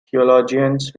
theologians